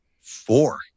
Four